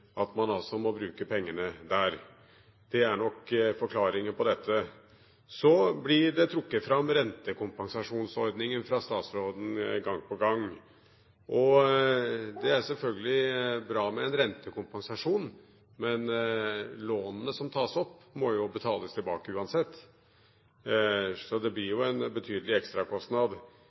at man må bruke pengene der. Det er nok forklaringen på dette. Så blir rentekompensasjonsordningen trukket fram fra statsråden gang på gang. Det er selvfølgelig bra med en rentekompensasjon. Men lånene som tas opp, må betales tilbake uansett, så det blir jo en betydelig ekstrakostnad.